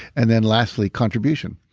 and then lastly, contribution.